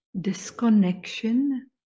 disconnection